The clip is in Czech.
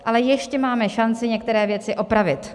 Ale ještě máme šanci některé věci opravit.